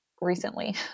recently